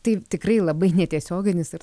tai tikrai labai netiesioginis ir